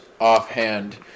offhand